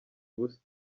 ubusa